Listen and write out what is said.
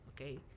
okay